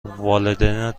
والدینت